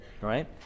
right